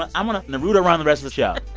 i'm going to naruto run the rest of the show.